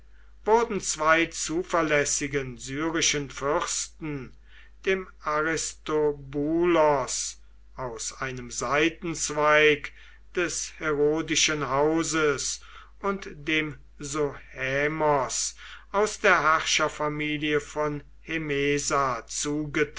wurden zwei zuverlässigen syrischen fürsten dem aristobulos aus einem seitenzweig des herodischen hauses und dem sohaemos aus der herrscherfamilie von hemesa